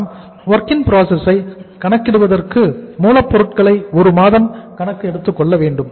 நாம் WIP ஐ கணக்கிடுவதற்கு மூலப்பொருட்களை 1 மாதம் கணக்கு எடுத்துக்கொள்ள வேண்டும்